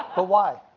but why,